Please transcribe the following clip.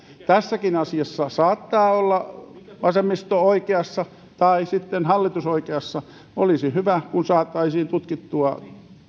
tässäkin asiassa saattaa olla vasemmisto tai sitten hallitus oikeassa olisi hyvä kun saataisiin tutkittua